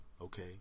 Okay